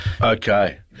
Okay